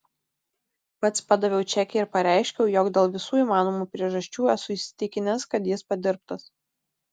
pats padaviau čekį ir pareiškiau jog dėl visų įmanomų priežasčių esu įsitikinęs kad jis padirbtas